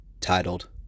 titled